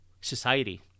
society